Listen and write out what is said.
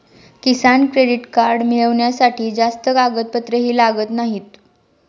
किसान credit card मिळवण्यासाठी जास्त कागदपत्रेही लागत नाहीत